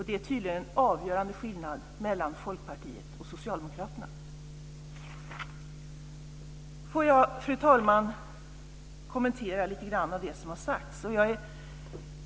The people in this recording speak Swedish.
Det är tydligen en avgörande skillnad mellan Folkpartiet och Får jag, fru talman, kommentera lite grann av det som har sagts.